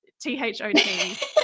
T-H-O-T